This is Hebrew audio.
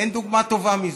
אין דוגמה טובה מזו.